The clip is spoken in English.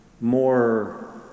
more